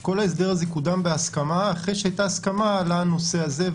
כל ההסדר הזה קודם בהסכמה אחרי שהיתה הסכמה לנושא הזה,